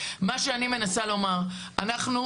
מה שאני מנסה לומר הוא,